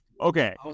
okay